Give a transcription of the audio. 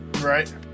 Right